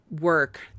work